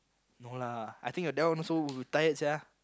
no lah I think that one also will tired sia